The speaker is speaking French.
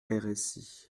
rsi